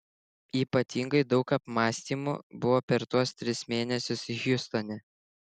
ypatingai daug apmąstymų buvo per tuos tris mėnesius hjustone